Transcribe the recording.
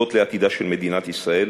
הנוגעות בעתידה של מדינת ישראל,